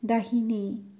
दाहिने